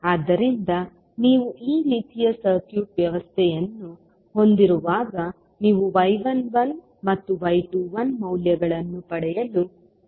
ಆದ್ದರಿಂದ ನೀವು ಈ ರೀತಿಯ ಸರ್ಕ್ಯೂಟ್ ವ್ಯವಸ್ಥೆಯನ್ನು ಹೊಂದಿರುವಾಗ ನೀವು y11 ಮತ್ತು y21 ಮೌಲ್ಯಗಳನ್ನು ಪಡೆಯಲು ಸಾಧ್ಯವಾಗುತ್ತದೆ